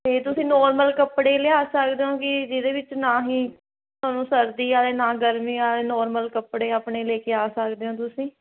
ਅਤੇ ਤੁਸੀਂ ਨੋਰਮਲ ਕੱਪੜੇ ਲਿਆ ਸਕਦੇ ਹੋ ਕਿ ਜਿਹਦੇ ਵਿੱਚ ਨਾ ਹੀ ਤੁਹਾਨੂੰ ਸਰਦੀ ਆਵੇ ਨਾ ਗਰਮੀ ਆਵੇ ਨੋਰਮਲ ਕੱਪੜੇ ਆਪਣੇ ਲੈ ਕੇ ਆ ਸਕਦੇ ਹੋ ਤੁਸੀਂ